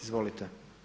Izvolite.